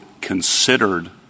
considered